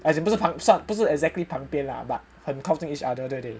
as in 不是旁不是 exactly 旁边 lah but 很靠近 each other 对不对